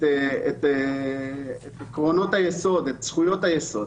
את זכויות היסוד,